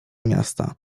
miasta